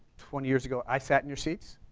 twenty years ago i sat in your seats,